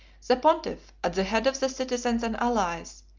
the pontiff, at the head of the citizens and allies,